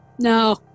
No